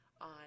on